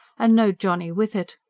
and no johnny with it.